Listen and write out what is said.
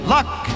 Luck